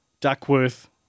Duckworth